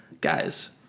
Guys